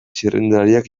txirrindulariak